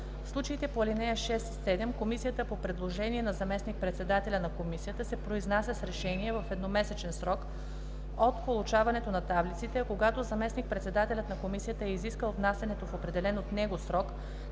В случаите по ал. 6 и 7 комисията по предложение на заместник-председателя на комисията се произнася с решение в едномесечен срок от получаването на таблиците, а когато заместник-председателят на комисията е изискал внасянето в определен от него срок